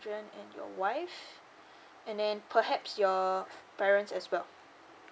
and your wife and then perhaps your parents as well